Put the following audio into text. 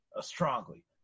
strongly